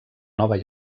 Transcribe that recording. nova